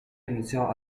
iniziò